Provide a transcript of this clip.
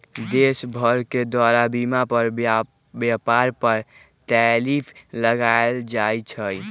देश सभके द्वारा सीमा पार व्यापार पर टैरिफ लगायल जाइ छइ